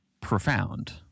profound